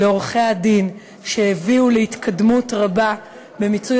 לעורכי-הדין שהביאו להתקדמות רבה במיצוי